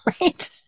right